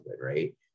right